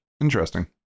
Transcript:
interesting